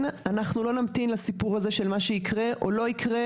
אנחנו לא נמתין לסיפור הזה של מה שיקרה או לא יקרה,